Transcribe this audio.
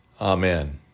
Amen